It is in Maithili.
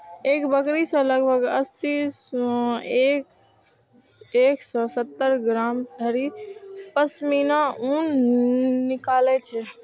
एक बकरी सं लगभग अस्सी सं एक सय सत्तर ग्राम धरि पश्मीना ऊन निकलै छै